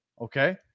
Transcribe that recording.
Okay